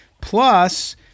plus